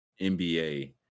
NBA